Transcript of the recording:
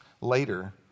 later